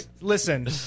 Listen